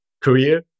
career